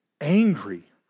angry